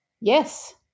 Yes